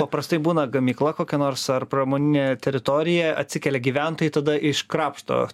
paprastai būna gamykla kokia nors ar pramoninė teritorija atsikelia gyventojai tada iškrapšto